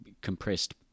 compressed